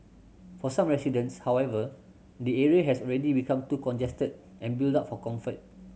for some residents however the area has already become too congested and built up for comfort